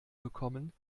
bekommen